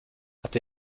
hat